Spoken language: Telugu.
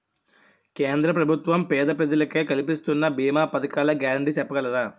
కేంద్ర ప్రభుత్వం పేద ప్రజలకై కలిపిస్తున్న భీమా పథకాల గ్యారంటీ చెప్పగలరా?